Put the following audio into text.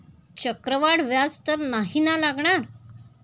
चक्रवाढ व्याज तर नाही ना लागणार?